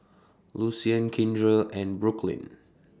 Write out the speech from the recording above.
Lucian Kindra and Brooklynn